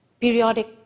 periodic